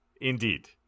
Indeed